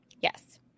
Yes